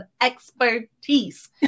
expertise